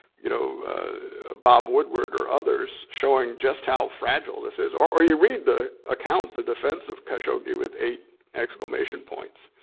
you know bob woodward or others showing just how fragile this is. or or you read the account, the defensive khashoggi with eight exclamation points.